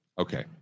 Okay